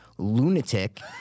Lunatic